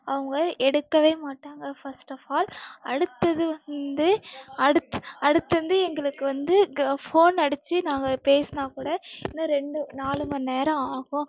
அவங்க எடுக்கவே மாட்டாங்க ஃபஸ்ட் ஆஃப் ஆல் அடுத்தது வந்து அடுத்து அடுத்து வந்து எங்களுக்கு வந்து க ஃபோன் அடிச்சு நாங்கள் பேசுனால் கூட இன்னும் ரெண்டு நாலு மணிநேரம் ஆகும்